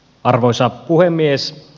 arvoisa puhemies